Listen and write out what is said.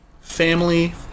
Family